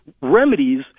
remedies